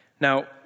Now